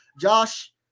Josh